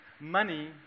money